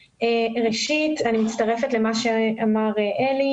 מצטרפת למה שאמר אלי